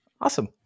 Awesome